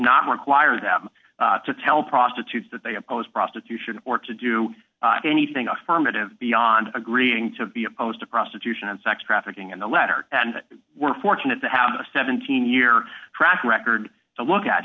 require them to tell prostitutes that they oppose prostitution or to do anything affirmative beyond agreeing to be opposed to prostitution and sex trafficking in the letter and we're fortunate to have a seventeen year track record to look at